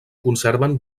conserven